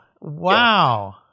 Wow